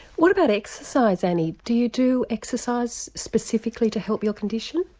what about exercise annie, do you do exercise specifically to help your condition.